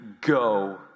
go